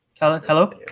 Hello